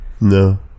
No